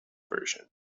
version